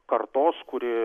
kartos kuri